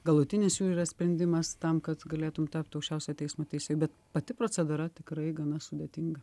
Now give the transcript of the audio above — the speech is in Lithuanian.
galutinis jų yra sprendimas tam kad galėtum tapt aukščiausiojo teismo teisėju bet pati procedūra tikrai gana sudėtinga